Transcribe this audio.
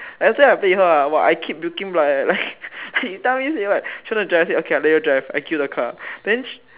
then after that I play with her ah !wah! I keep puking blood leh like she tell me say what she want to drive then I say okay let you drive I give you the car then she